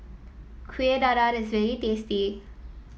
Kueh Dadar is very tasty